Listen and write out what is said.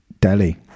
Delhi